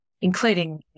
including